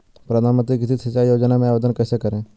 प्रधानमंत्री कृषि सिंचाई योजना में आवेदन कैसे करें?